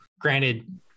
Granted